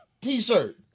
T-shirt